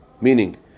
meaning